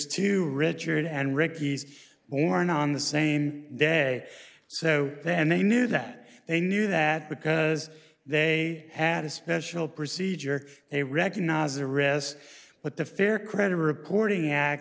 two richard and ricky's born on the same day so then they knew that they knew that because they had a special procedure they recognise a recess but the fair credit reporting act